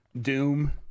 Doom